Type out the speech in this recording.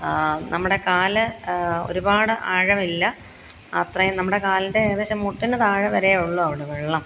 നമ്മടെ കാല് ഒരുപാട് ആഴമില്ല അത്രയും നമ്മുടെ കാലിന്റെ ഏകദേശം മുട്ടിന് താഴെ വരെയെ ഉള്ളൂ അവിടെ വെള്ളം